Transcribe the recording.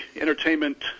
entertainment